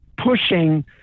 pushing